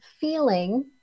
feeling